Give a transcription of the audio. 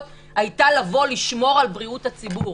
הייתה לבוא לשמור על בריאות הציבור.